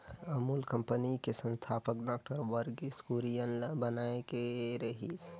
Amul company के संस्थापक doctor Verghese Kurien ल बनाए गे रिहिस